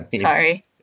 sorry